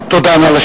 (חברי הכנסת מכבדים בקימה את זכרו של המנוח.) תודה.